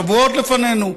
שבועות לפנינו.